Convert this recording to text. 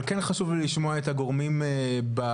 אבל כן חשוב לי לשמוע את הגורמים בממשלה